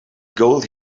gold